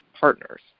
partners